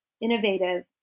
innovative